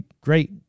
great